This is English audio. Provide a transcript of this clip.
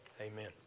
Amen